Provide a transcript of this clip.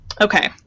Okay